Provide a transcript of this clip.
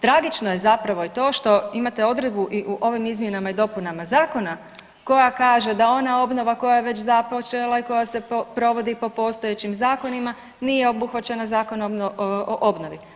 Tragično je zapravo je to što imate odredbu i u ovim izmjenama i dopunama zakona koja kaže da ona obnova koja je već započela i koja se provodi po postojećim zakonima nije obuhvaćena Zakonom o obnovi.